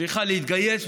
צריכה להתגייס,